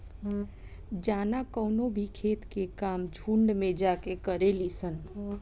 जाना कवनो भी खेत के काम झुंड में जाके करेली सन